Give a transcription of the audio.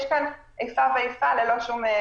יש כאן איפה ואיפה ללא שום הצדקה.